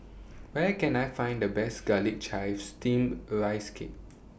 Where Can I Find The Best Garlic Chives Steamed A Rice Cake